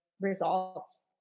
results